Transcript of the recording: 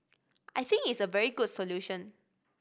I think it's a very good solution